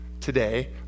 today